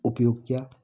उपयोग किया